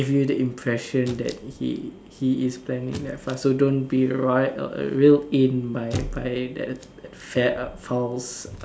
give you the impression that he he is planning that far so don't be right or reeled in by by that fed up files